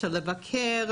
של לבקר,